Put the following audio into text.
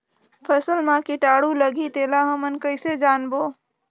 फसल मा कीटाणु लगही तेला हमन कइसे जानबो?